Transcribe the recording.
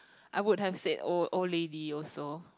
I would have said old old lady also